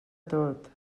tot